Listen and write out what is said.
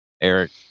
Eric